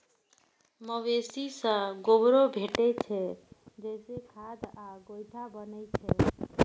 मवेशी सं गोबरो भेटै छै, जइसे खाद आ गोइठा बनै छै